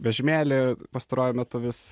vežimėlį pastaruoju metu vis